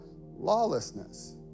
Lawlessness